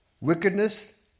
wickedness